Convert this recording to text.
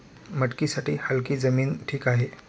मटकीसाठी हलकी जमीन ठीक आहे